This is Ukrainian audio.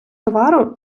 товару